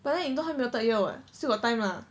but then 你都还没有 third year what still got time lah